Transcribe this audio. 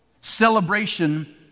celebration